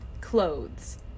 clothes